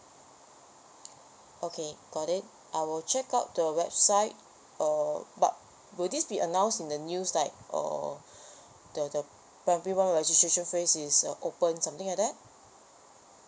okay got it I will check out to our website or but will this be announced in the news like or the the primary one registration phrase is uh open something like that